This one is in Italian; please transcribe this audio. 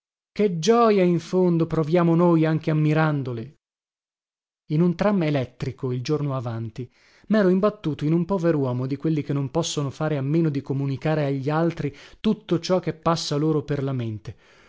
che gioja in fondo proviamo noi anche ammirandole in un tram elettrico il giorno avanti mero imbattuto in un poveruomo di quelli che non possono fare a meno di comunicare a gli altri tutto ciò che passa loro per la mente